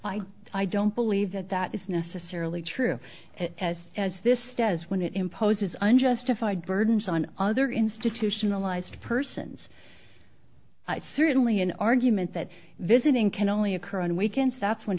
legend i don't believe that that is necessarily true as as this does when it imposes unjustified burdens on other institutionalized persons certainly an argument that visiting can only occur on weekends that's when